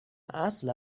اصل